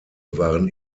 waren